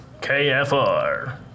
KFR